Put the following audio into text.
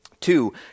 Two